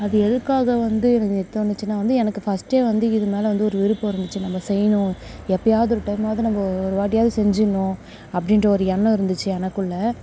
அதுக்கு எதுக்காக வந்து எனக்கு தோணுச்சுனால் வந்து எனக்கு ஃபர்ஸ்ட்டே வந்து இது மேல் வந்து விருப்பம் இருந்திச்சு நம்ம செய்யணும் எப்போயாவது ஒரு டைமாவது நம்ம ஒருவாட்டியாவது செஞ்சிடுணும் அப்படீன்ற ஒரு எண்ணம் இருந்திச்சு எனக்குள்ளே